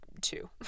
two